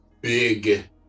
big